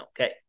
Okay